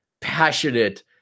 passionate